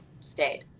stayed